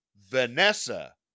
Vanessa